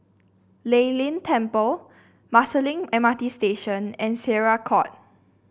Lei Yin Temple Marsiling M R T Station and Syariah Court